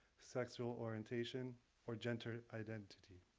sexual orientation or gender identity,